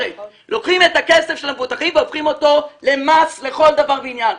לוקחים את הכסף של המבוטחים והופכים אותו למס לכל דבר ועניין.